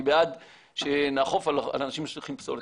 אני בעד שנאכוף על אנשים שמשליכים פסולת.